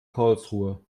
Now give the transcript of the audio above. karlsruhe